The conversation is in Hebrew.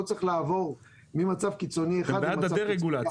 לא צריך לעבור ממצב קיצוני אחד ל --- אתם בעד הדה רגולציה.